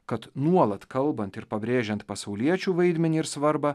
kad nuolat kalbant ir pabrėžiant pasauliečių vaidmenį ir svarbą